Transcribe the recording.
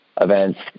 events